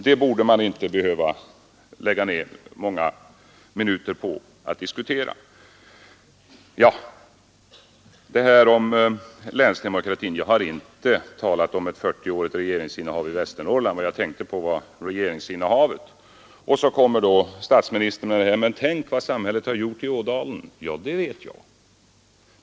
Det borde vi inte behöva lägga ned många minuter på att diskutera. När det gäller detta med länsdemokratin, så har jag inte talat om ett 40-årigt regeringsinnehav i Västernorrland vad jag tänkte på var regeringsinnehavet i riket. Statsministern säger: Men tänk vad samhället har gjort i Ådalen. Ja, det vet jag.